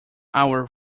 our